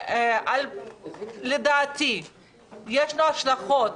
שלדעתי יש לה השלכות